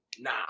nah